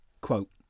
Quote